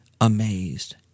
amazed